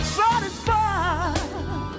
satisfied